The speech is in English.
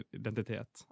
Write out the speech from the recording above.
identitet